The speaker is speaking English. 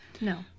No